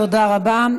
תודה רבה.